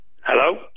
hello